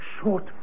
short